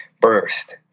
burst